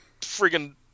friggin